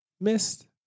Missed